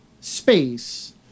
space